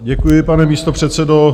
Děkuji, pane místopředsedo.